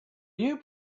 you